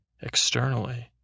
externally